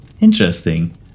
Interesting